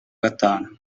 gatanu